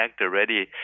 already